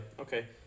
Okay